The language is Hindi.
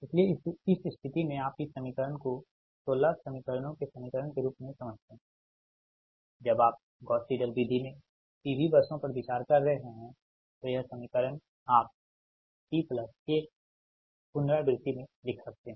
इसलिए इस स्थिति में आप इस समीकरण को 16 समीकरणों के समीकरण के रूप में समझते हैं जब आप गॉस सिडल विधि में PV बसों पर विचार कर रहे हैं तो यह समीकरण आप P प्लस 1 पुनरावृत्ति में लिख सकते हैं